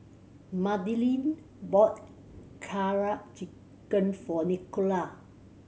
Madilyn bought Karaage Chicken for Nicola